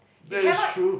that is true